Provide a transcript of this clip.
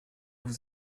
vous